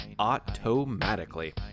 automatically